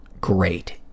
great